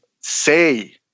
say